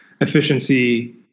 efficiency